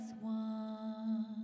one